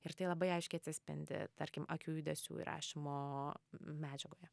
ir tai labai aiškiai atsispindi tarkim akių judesių įrašymo medžiagoje